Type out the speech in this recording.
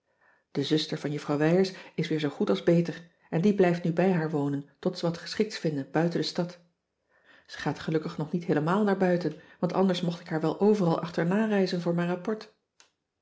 de zuster van juffrouw wijers is weer zoo goed als beter en die blijft nu bij haar wonen tot ze wat geschikts vinden buiten de stad ze gaat gelukkig nog niet heelemaal naar buiten want anders mocht ik haar wel overal achterna reizen voor mijn rapport